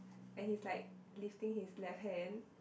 then he is like lifting his left hand